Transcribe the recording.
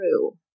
true